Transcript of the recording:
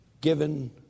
given